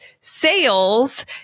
sales